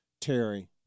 Terry